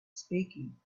speaking